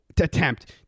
attempt